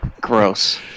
Gross